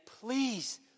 please